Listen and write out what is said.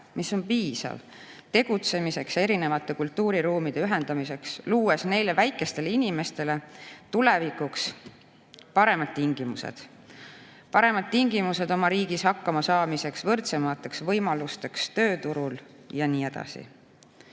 mis on piisav tegutsemiseks ja erinevate kultuuriruumide ühendamiseks, luues neile väikestele inimestele tulevikuks paremad tingimused – paremad tingimused oma riigis hakkama saamiseks, võrdsemateks võimalusteks tööturul ja nii edasi.2020.